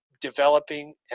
developing